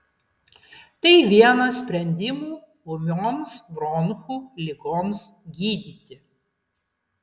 tai vienas sprendimų ūmioms bronchų ligoms gydyti